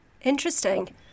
Interesting